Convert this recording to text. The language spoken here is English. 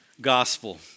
gospel